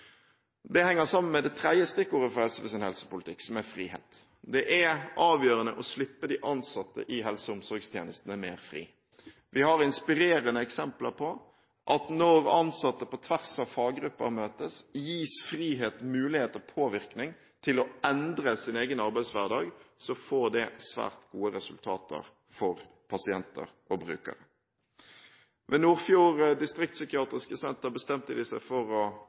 Det henger sammen med det tredje stikkordet i SVs helsepolitikk, som er frihet. Det er avgjørende å slippe de ansatte i helse- og omsorgstjenestene mer fri. Vi har inspirerende eksempler på at når ansatte på tvers av faggrupper møtes, gis frihet og muligheter for påvirkning til å endre sin egen arbeidshverdag, får det svært gode resultater for pasienter og brukere. Ved Nordfjord distriktspsykiatriske senter bestemte de seg for å